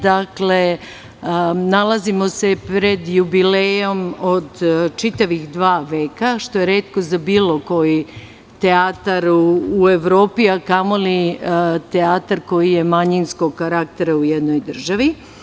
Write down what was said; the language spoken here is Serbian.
Dakle, nalazimo se pred jubilejom od čitavih dva veka, što je retko za bilo koji teatar u Evropi, a kamoli za teatar koji je manjinskog karaktera u jednoj državi.